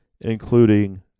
including